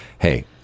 Hey